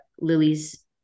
Lily's